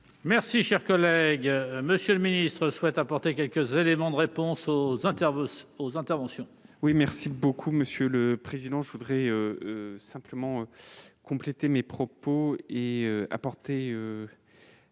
Merci, cher collègue, monsieur le ministre. Je souhaite apporter quelques éléments de réponse aux intervenants aux interventions. Oui merci beaucoup monsieur le président, je voudrais simplement compléter mes propos et apporter